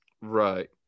right